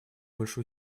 больше